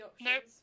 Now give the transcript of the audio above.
nope